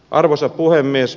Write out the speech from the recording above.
arvoisa puhemies